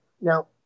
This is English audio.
Now